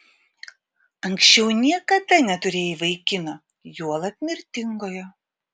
anksčiau niekada neturėjai vaikino juolab mirtingojo